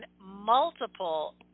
multiple